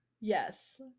Yes